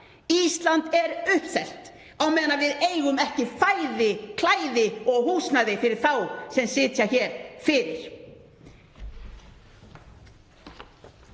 Ísland er uppselt á meðan við eigum ekki fæði, klæði og húsnæði fyrir þá sem sitja hér fyrir.